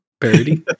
Parody